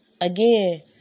Again